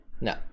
no